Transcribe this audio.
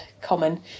common